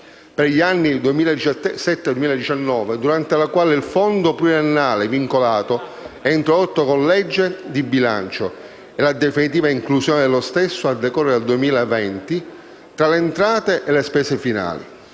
per gli anni 2017-2019, durante la quale il fondo pluriennale vincolato è introdotto con legge di bilancio, e la definitiva inclusione dello stesso, a decorrere dal 2020, tra le entrate e le spese finali.